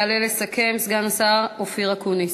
יעלה ויסכם סגן השר אופיר אקוניס.